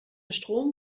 strom